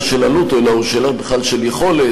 של עלות אלא הוא שאלה בכלל של יכולת.